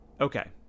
Okay